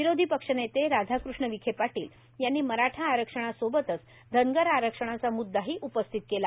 विरोधी पक्षनेते राधाकृष्ण विखे पाटील यांनी मराठा आरक्षणासोबतच धनगर आरक्षणाचा मृद्दाही उपस्थित केला